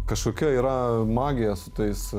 kažkokia yra magija su tais